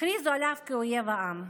הכריזו עליו אויב העם.